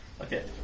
Okay